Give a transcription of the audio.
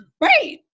Right